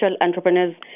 entrepreneurs